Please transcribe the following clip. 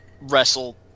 wrestle